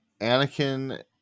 Anakin